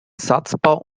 satzbau